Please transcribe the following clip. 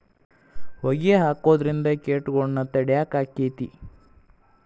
ಹೊಗಿ ಹಾಕುದ್ರಿಂದ ಕೇಟಗೊಳ್ನ ತಡಿಯಾಕ ಆಕ್ಕೆತಿ?